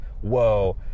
whoa